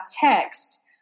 text